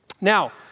Now